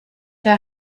her